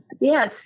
yes